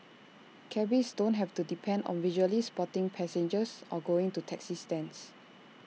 cabbies don't have to depend on visually spotting passengers or going to taxi stands